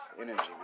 Energy